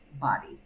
body